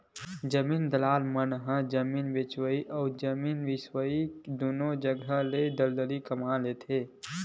जमीन दलाल मन ह जमीन बेचइया अउ जमीन बिसईया दुनो जघा ले दलाली कमा लेथे